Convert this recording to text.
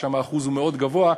שם האחוז מאוד גבוה,